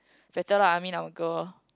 better lah I mean I'm a girl